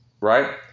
right